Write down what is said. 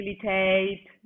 facilitate